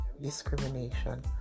discrimination